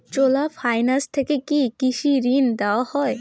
চোলা finance থেকে কি কৃষি ঋণ দেওয়া হয়?